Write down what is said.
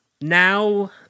now